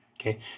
Okay